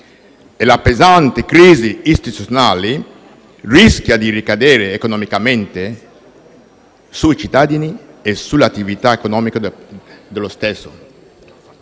e la pesante crisi istituzionale rischia di ricadere economicamente sui cittadini e sulle attività economiche dello stesso.